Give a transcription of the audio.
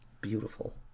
Beautiful